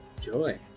Joy